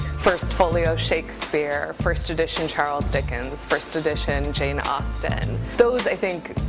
first folio shakespeare, first edition charles dickens, first edition jane austen, those, i think,